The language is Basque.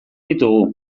ditugu